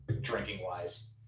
drinking-wise